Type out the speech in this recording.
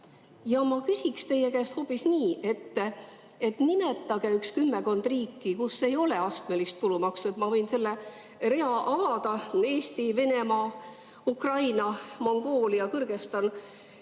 Ma küsin teie käest hoopis nii: nimetage kümmekond riiki, kus ei ole astmelist tulumaksu. Ma võin selle rea avada: Eesti, Venemaa, Ukraina, Mongoolia, Kõrgõzstan.